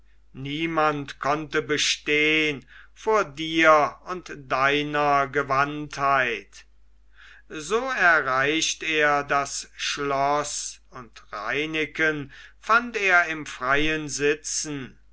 niemand konnte bestehen vor dir und deiner gewandtheit so erreicht er das schloß und reineken fand er im freien sitzen